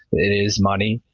it is money.